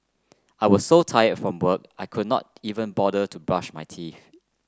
I was so tire from work I could not even bother to brush my teeth